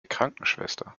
krankenschwester